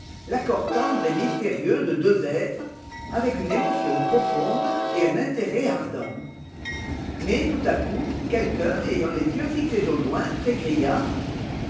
l'accord tendre et mystérieux de deux êtres avec une émotion profonde et un intérêt ardent mais tout à coup quelqu'un ayant les yeux fixés au loin s'écria